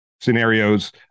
scenarios